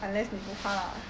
unless 你不怕啦